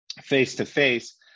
face-to-face